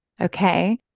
Okay